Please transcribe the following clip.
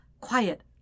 quiet